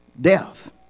death